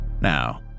Now